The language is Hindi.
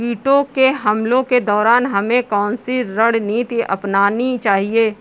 कीटों के हमलों के दौरान हमें कौन सी रणनीति अपनानी चाहिए?